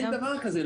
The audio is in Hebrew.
אין דבר כזה.